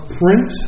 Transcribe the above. print